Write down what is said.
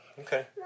Okay